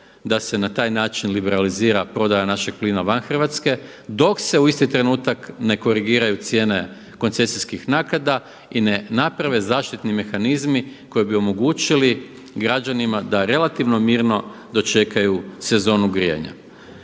da se na taj način liberalizira prodaja našeg plina van Hrvatske dok se u isti trenutak ne korigiraju cijene koncesijskih naknada i ne naprave zaštitni mehanizmi koji bi omogućili građanima da relativno mirno dočekaju sezonu grijanja.